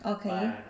okay